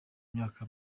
myaka